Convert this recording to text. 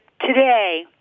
Today